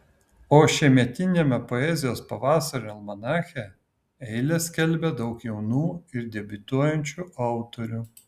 o šiemetiniame poezijos pavasario almanache eiles skelbia daug jaunų ir debiutuojančių autorių